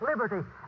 liberty